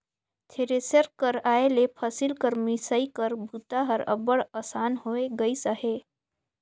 thresher कर आए ले फसिल कर मिसई कर बूता हर अब्बड़ असान होए गइस अहे